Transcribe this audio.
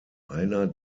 einer